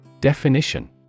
Definition